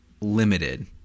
limited